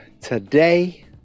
today